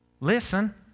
listen